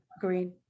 green